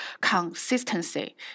consistency